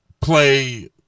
play